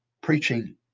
preaching